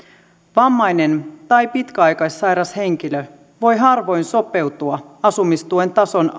vammainen tai pitkäaikaissairas henkilö voi harvoin sopeutua asumistuen tason